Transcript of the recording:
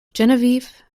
genevieve